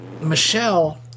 Michelle